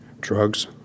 Drugs